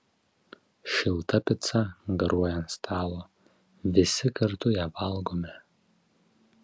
šilta pica garuoja ant stalo visi kartu ją valgome